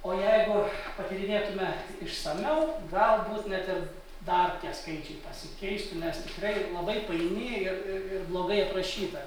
o jeigu patyrinėtumėme išsamiau galbūt net ir dar tie skaičiai pasikeistų nes tikrai labai paini ir ir ir blogai aprašyta